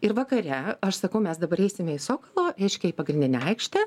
ir vakare aš sakau mes dabar eisime į sokalo reiškia į pagrindinę aikštę